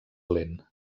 lent